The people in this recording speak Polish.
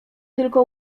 tylko